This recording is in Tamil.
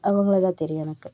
அவங்களதான் தெரியும் எனக்கு